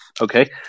Okay